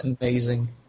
amazing